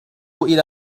إلى